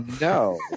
No